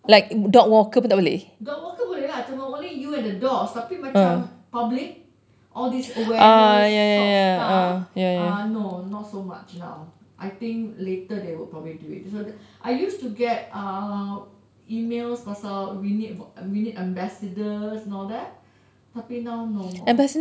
dog walker boleh lah cuma only you and the dogs tapi macam public all this awareness sort of stuff uh no not so much now I think later they will probably do it I used to get uh emails pasal unit unit ambassadors and all that tapi now no more